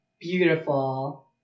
Beautiful